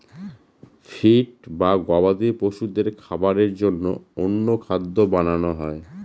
feed বা গবাদি পশুদের খাবারের জন্য অন্য খাদ্য বানানো হয়